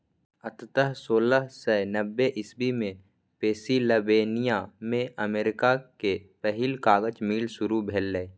अंततः सोलह सय नब्बे इस्वी मे पेंसिलवेनिया मे अमेरिका के पहिल कागज मिल शुरू भेलै